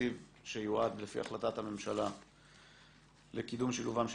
שתקציב שיועד לפי החלטת הממשלה לקידום שילובם של